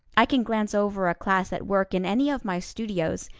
i can glance over a class at work in any of my studios,